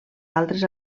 altres